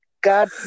God